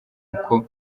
uko